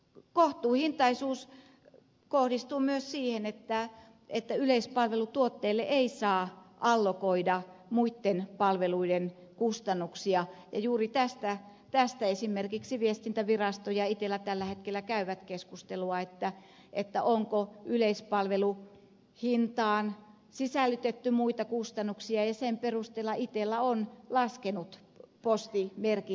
kohtuuhintaisuus kohdistuu myös siihen että yleispalvelutuotteelle ei saa allokoida muiden palveluiden kustannuksia ja juuri tästä esimerkiksi viestintävirasto ja itella tällä hetkellä käyvät keskustelua että onko yleispalveluhintaan sisällytetty muita kustannuksia ja sen perusteella itella on laskenut postimerkin hintaa